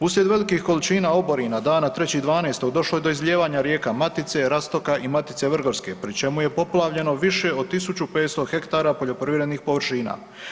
Uslijed velikih količina oborina dana 3.12. došlo je do izljevanja rijeka Matice, Rastoka i Matice Vrgorske, pri čemu je poplavljeno više od 1500 hektara poljoprivrednih površina.